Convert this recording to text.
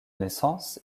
naissance